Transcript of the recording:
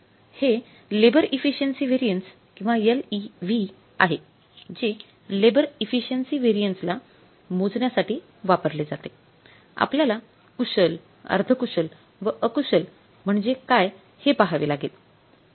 हे labour efficiency variance किंवा LEV आहे जे लेबर इफिशिएन्सी व्हॅरियन्सला मोजण्यासाठी वापरले जाते आपल्याला कुशल अर्धकुशल व अकुशल म्हणजे काय हे पाहावे लागेल